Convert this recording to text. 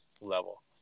level